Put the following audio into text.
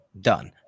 Done